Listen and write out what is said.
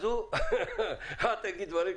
אל תגיד גברים כאלה.